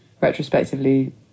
retrospectively